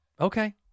Okay